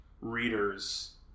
readers